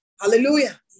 Hallelujah